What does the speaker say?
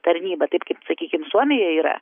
tarnybą taip kaip sakykim suomijoj yra